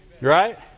Right